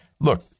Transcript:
Look